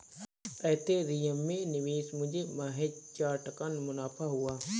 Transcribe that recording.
Ethereum में निवेश मुझे महज चार टका मुनाफा हुआ